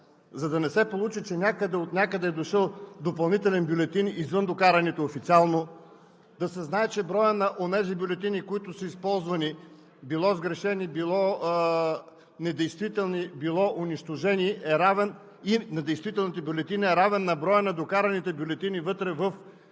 да не се получи, че отнякъде е дошъл допълнителен бюлетин извън докараните официално. Да се знае, че броят на онези бюлетини, които са използвани – било сгрешени, било недействителни, било унищожени, е равен и на действителните бюлетини, равен е на броя на докараните бюлетини вътре в